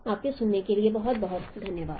आपके सुनने के लिए बहुत बहुत धन्यवाद